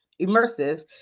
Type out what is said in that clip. immersive